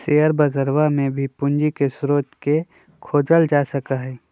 share बजरवा में भी पूंजी के स्रोत के खोजल जा सका हई